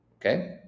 Okay